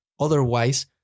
Otherwise